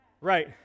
Right